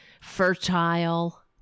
fertile